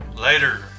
Later